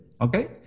okay